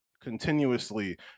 continuously